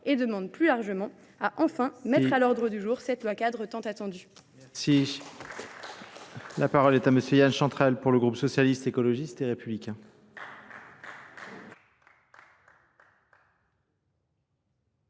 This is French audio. et demande plus largement à enfin mettre à l'ordre du jour cette loi cadre tant attendue.